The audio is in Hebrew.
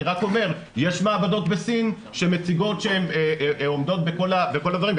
אני רק אומר שיש מעבדות בסין שמציגות שהן עומדות בכל הדברים,